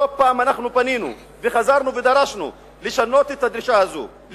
לא פעם פנינו וחזרנו ודרשנו לשנות את הדרישה הזאת,